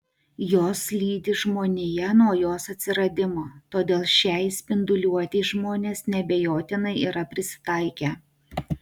jos lydi žmoniją nuo jos atsiradimo todėl šiai spinduliuotei žmonės neabejotinai yra prisitaikę